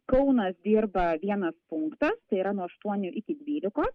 kaunas dirba vienas punktas tai yra nuo aštuonių iki dvylikos